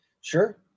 Sure